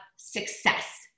success